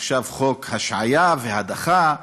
עכשיו חוק ההשעיה וההדחה,